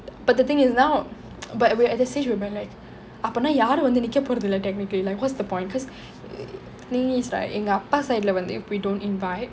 but the thing is now but we're the at the stage where we are like அப்பறோம் யாரும் வந்து நிக்க போறது இல்லே:approm yaarum vanthu nikka porathu ille technically like cause what's the point cause எங்க அப்பா:enga appa side leh வந்து:vanthu if we don't invite